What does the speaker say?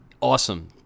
awesome –